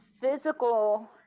physical